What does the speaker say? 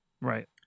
Right